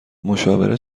مشاوره